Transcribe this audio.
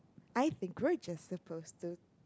I think we're just supposed to